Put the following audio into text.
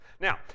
Now